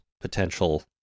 potential